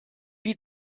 die